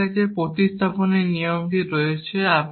আমাদের কাছে প্রতিস্থাপনের এই সমস্ত নিয়ম রয়েছে